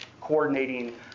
coordinating